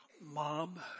Mom